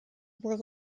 were